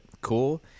cool